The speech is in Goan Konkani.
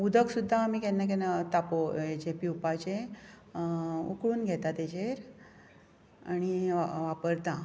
उदक सुद्दां आमी केन्ना केन्ना आमी तापोव हेजे पिवपाचे उकळून घेता तेजेर आनी वापरता